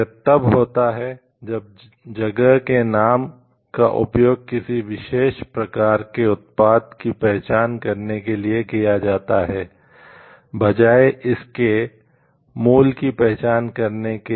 यह तब होता है जब जगह के नाम का उपयोग किसी विशेष प्रकार के उत्पाद की पहचान करने के लिए किया जाता है बजाय इसके मूल की पहचान करने के